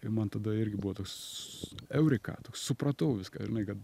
ir man tada irgi buvo toks eureka toks supratau viską žinai kad